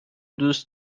دوست